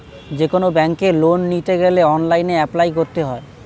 যেকোনো ব্যাঙ্কে লোন নিতে গেলে অনলাইনে অ্যাপ্লাই করতে হয়